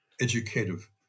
educative